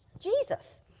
Jesus